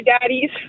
daddies